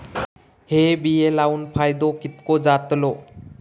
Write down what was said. हे बिये लाऊन फायदो कितको जातलो?